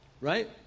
Right